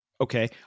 Okay